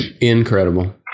Incredible